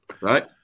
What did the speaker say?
Right